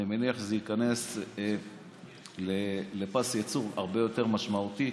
אני מניח שזה ייכנס לפס ייצור הרבה יותר משמעותי,